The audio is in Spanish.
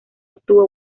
obtuvo